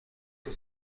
que